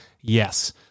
yes